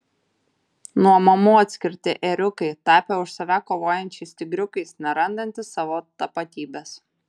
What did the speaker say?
nuo mamų atskirti ėriukai tapę už save kovojančiais tigriukais nerandantys savo tapatybės